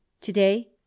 Today